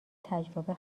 تجربه